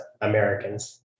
Americans